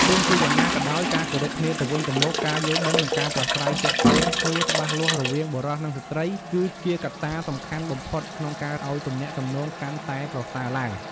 ទោះជាយ៉ាងណាក៏ដោយ ការគោរពគ្នាទៅវិញទៅមក ការយល់ដឹង និងការប្រាស្រ័យទាក់ទងគ្នាច្បាស់លាស់រវាងបុរស និងស្ត្រី គឺជាកត្តាសំខាន់បំផុតក្នុងការអោយទំនាក់ទំនងកាន់តែប្រសើរឡើង។